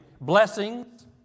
Blessings